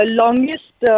longest